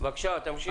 בבקשה, תמשיך.